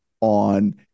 on